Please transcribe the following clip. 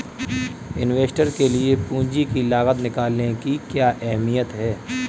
Investor के लिए पूंजी की लागत निकालने की क्या अहमियत है?